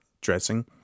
dressing